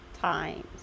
times